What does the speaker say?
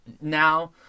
Now